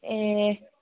ए